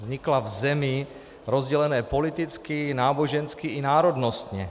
Vznikla v zemi rozdělené politicky, nábožensky i národnostně.